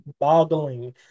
boggling